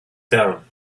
down